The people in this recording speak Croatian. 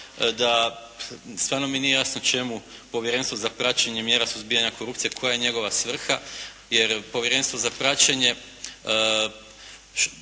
da stvarno mi nije jasno čemu Povjerenstvo za praćenje mjera suzbijanja korupcije, koja je njegova svrha jer Povjerenstvo za praćenje,